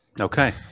Okay